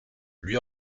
lui